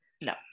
no